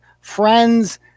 friends